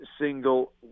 single